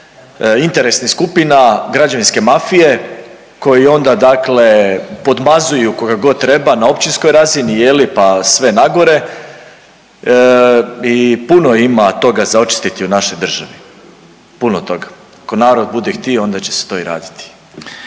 interesnih skupina, građevinske mafije koji onda dakle podmazuju koga god treba na općinskoj razini, je li, pa sve nagore i puno ima toga za očistiti u našoj državi. Puno toga, ako narod bude htio, onda će se to i raditi.